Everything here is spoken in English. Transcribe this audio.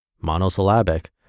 monosyllabic